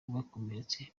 bakomeretse